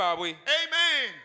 Amen